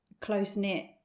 close-knit